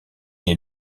est